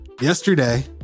yesterday